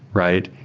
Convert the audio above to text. right?